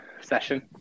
session